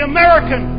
American